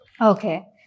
Okay